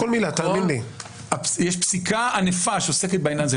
יש פסיקה ענפה שעוסקת בעניין הזה,